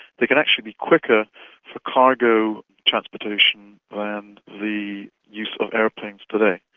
they can actually be quicker for cargo transportation than the use of aeroplanes today.